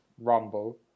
Rumble